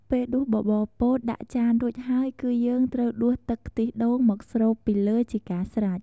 ពេលដួសបបរពោតដាក់ចានរួចហើយគឺយើងត្រូវដួសទឹកខ្ទិះដូងមកស្រូបពីលើជាការស្រេច។